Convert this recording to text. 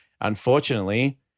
unfortunately